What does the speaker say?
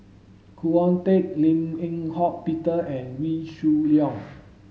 Khoo Oon Teik Lim Eng Hock Peter and Wee Shoo Leong